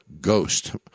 Ghost